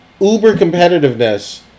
uber-competitiveness